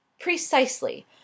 Precisely